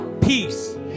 peace